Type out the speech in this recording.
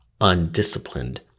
undisciplined